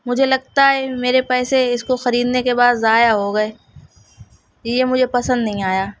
مجھے لگتا ہے میرے پیسے اس کو خریدنے کے بعد ضائع ہو گئے یہ مجھے پسند نہیں آیا